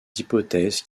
hypothèses